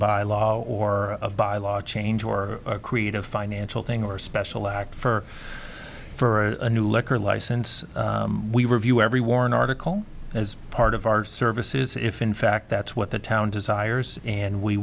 by law or by law change or create a financial thing or a special act for for a new liquor license we review every warren article as part of our services if in fact that's what the town desires and we